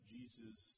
Jesus